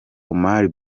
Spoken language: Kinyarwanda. omar